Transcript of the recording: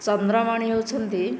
ଚନ୍ଦ୍ରମଣି ହେଉଛନ୍ତି